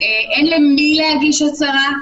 אין למי להגיש הצהרה.